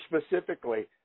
specifically